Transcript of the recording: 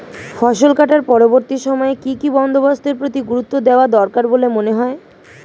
ফসল কাটার পরবর্তী সময়ে কি কি বন্দোবস্তের প্রতি গুরুত্ব দেওয়া দরকার বলে মনে হয়?